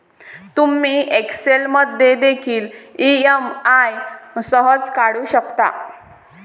तुम्ही एक्सेल मध्ये देखील ई.एम.आई सहज काढू शकता